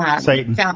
Satan